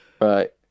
Right